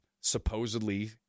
supposedly